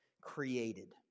created